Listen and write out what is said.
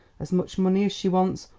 as much money as she wants,